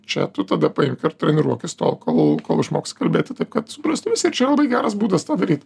čia tu tada paimk ir treniruokis tol kol išmoksi kalbėti taip kad suprastų visi ir čia labai geras būdas tą daryt